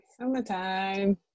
Summertime